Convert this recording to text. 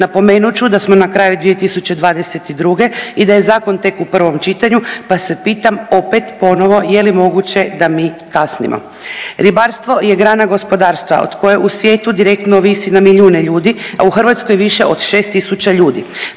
Napomenut ću da smo na kraju 2022. i da je zakon tek u prvom čitanju, pa se pitam opet ponovo je li moguće da mi kasnimo. Ribarstvo je grana gospodarstva od koje u svijetu direktno ovisi na milijune ljudi, a u Hrvatskoj više od 6 tisuća ljudi.